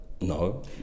no